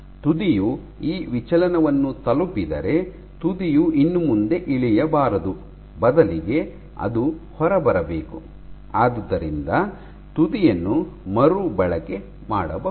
ತುದಿಯು ಈ ವಿಚಲನವನ್ನು ತಲುಪಿದರೆ ತುದಿಯು ಇನ್ನು ಮುಂದೆ ಇಳಿಯಬಾರದು ಬದಲಿಗೆ ಅದು ಹೊರಬರಬೇಕು ಆದ್ದರಿಂದ ತುದಿಯನ್ನು ಮರುಬಳಕೆ ಮಾಡಬಹುದು